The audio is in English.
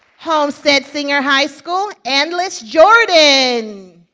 homestead senior high school, andlis jordan.